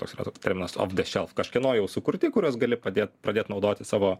toks yra terminas kažkieno jau sukurti kurios gali padėt pradėt naudoti savo